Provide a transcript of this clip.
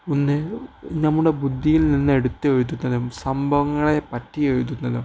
ഒന്ന് നമ്മുടെ ബുദ്ധിയിൽ നിന്ന എടുത്ത് എഴുതുന്നതിനും സംഭവങ്ങളെ പറ്റി എഴുതുന്നതിനും